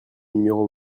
numéros